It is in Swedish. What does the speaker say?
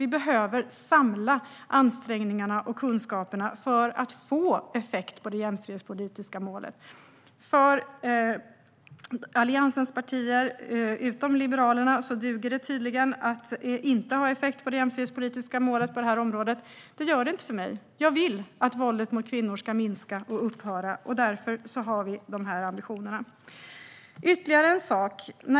Vi behöver samla ansträngningarna och kunskaperna för att få effekt i fråga om det jämställdhetspolitiska målet. För Alliansens partier, utom Liberalerna, duger det tydligen att det inte har någon effekt i fråga om det jämställdhetspolitiska målet på detta område. Det gör det inte för mig. Jag vill att våldet mot kvinnor ska minska och upphöra. Därför har vi dessa ambitioner. Jag vill säga ytterligare en sak.